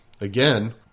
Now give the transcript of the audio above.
again